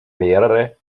mehrere